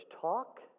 talk